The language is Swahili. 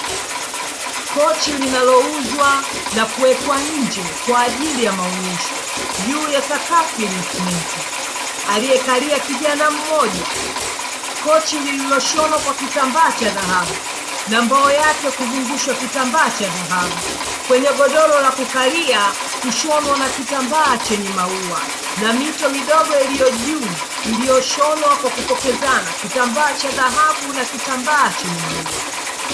Kochi linalouzwa na kuwekwa nje kwa ajili ya maonyesho, juu ya sakafu yenye simenti, aliyekalia kijana mmoja. Kochi lililoshonwa kwa kitambaa cha dhahabu na mbao yake kuzungushwa kitambaa cha dhahabu. Kwenye godoro la kukalia, kushonwa na kitambaa chenye maua, na mito midogo iliyo juu iliyoshonwa kwa kupokezana kitambaa cha dhahabu na kitambaa chenye maua.